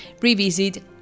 revisit